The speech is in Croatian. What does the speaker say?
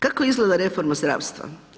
Kako izgleda reforma zdravstva?